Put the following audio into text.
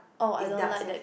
it's dark sauce